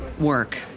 work